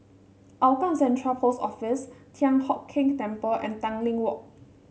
Hougang Central Post Office Thian Hock Keng Temple and Tanglin Walk